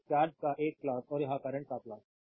तो चार्ज का एक प्लॉट और यह करंट का प्लॉट है